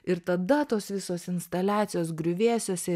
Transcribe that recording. ir tada tos visos instaliacijos griuvėsiuose